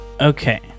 Okay